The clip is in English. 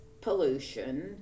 pollution